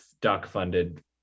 doc-funded